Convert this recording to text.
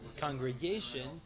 congregation